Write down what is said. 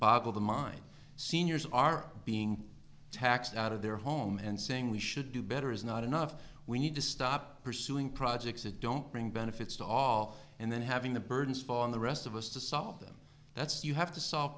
boggle the mind of seniors are being taxed out of their home and saying we should do better is not enough we need to stop pursuing projects that don't bring benefits to all and then having the burdens fall on the rest of us to solve them that's you have to solve